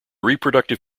reproductive